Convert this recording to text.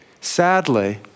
Sadly